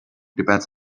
depends